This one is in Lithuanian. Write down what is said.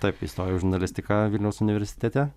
taip įstojau į žurnalistiką vilniaus universitete